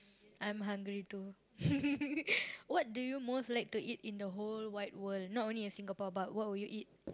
I'm hungry too what do you most like to eat in the whole wide world not only in Singapore but what will you eat